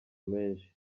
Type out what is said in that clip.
menshi